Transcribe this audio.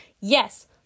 Yes